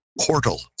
portal